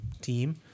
team